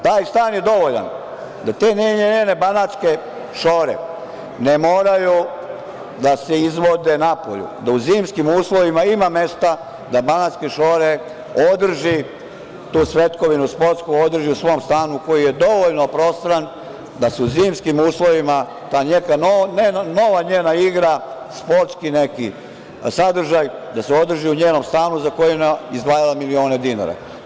Taj stan je dovoljan da te njene banatske šore ne moraju da se izvode napolju, da u zimskim uslovima ima mesta da banatske šore održi, tu svetkovinu sportsku održi u svom stanu, koji je dovoljno prostran da se u zimskim uslovima ta neka nova njena igra, sportski neki sadržaj, da se održi u njenom stanu za koji je ona izdvajala milione dinara.